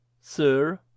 sir